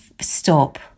stop